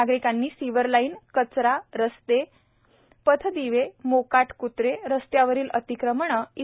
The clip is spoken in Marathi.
नागरिकांनी सिवर लाईन कचरा रस्ते निर्माण पथदिवे मोकाट क्त्रे रस्त्यावरील अतिक्रमणे इ